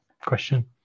question